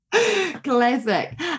Classic